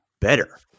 better